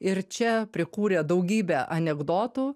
ir čia prikūrė daugybę anekdotų